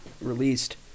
released